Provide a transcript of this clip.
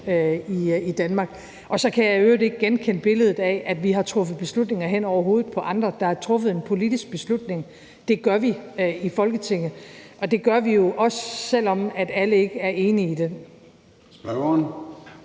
i Danmark. Og så kan jeg i øvrigt ikke genkende billedet af, at vi har truffet beslutningen hen over hovedet på andre. Der er truffet en politisk beslutning. Det gør vi i Folketinget, og det gør vi jo, også selv om alle ikke er enige i den.